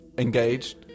Engaged